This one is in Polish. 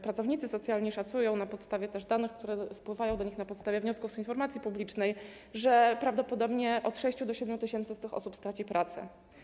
Pracownicy socjalni szacują na podstawie danych, które spływają do nich na podstawie wniosków z informacji publicznej, że prawdopodobnie od 6 do 7 tys. z tych osób straci pracę.